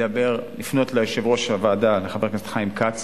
לפנות ליושב-ראש הוועדה, חבר הכנסת חיים כץ,